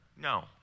no